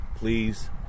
please